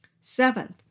Seventh